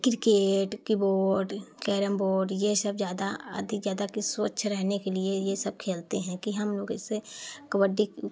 cricket की board carrom board यह सब ज़्यादा यदि ज़्यादा कि सोच रहने के लिए यह सब खेलते हैं कि हम लोग इससे कबड्डी